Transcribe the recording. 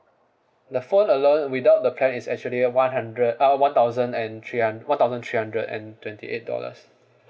the phone alone without the plan is actually one hundred uh one thousand and three hund~ one thousand three hundred and twenty eight dollars